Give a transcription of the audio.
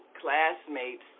classmates